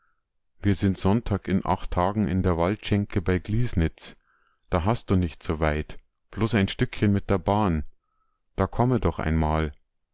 wir sind sonntag in acht tagen in der waldschenke bei gliesnitz da hast du nicht so weit bloß ein stückchen mit der bahn da komme doch einmal